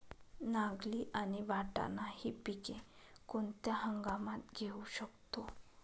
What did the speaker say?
नागली आणि वाटाणा हि पिके कोणत्या हंगामात घेऊ शकतो?